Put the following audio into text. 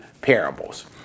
parables